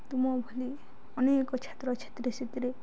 ତୁମ ଭଳି ଅନେକ ଛାତ୍ରଛାତ୍ରୀ ସେଥିରେ